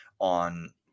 on